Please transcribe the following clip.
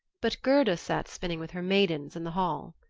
but gerda sat spinning with her maidens in the hall.